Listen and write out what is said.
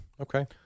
Okay